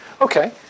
Okay